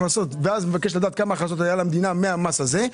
ואנחנו צריכים לדעת כמה הכנסות היו למדינה מהמס הזה,